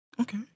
Okay